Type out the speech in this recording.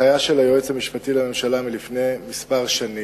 בהנחיה של היועץ המשפטי לממשלה מלפני כמה שנים,